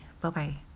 Bye-bye